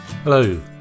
Hello